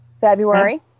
February